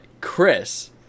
Chris